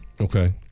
Okay